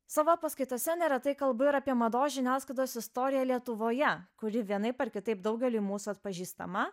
savo paskaitose neretai kalbu ir apie mados žiniasklaidos istoriją lietuvoje kuri vienaip ar kitaip daugeliui mūsų atpažįstama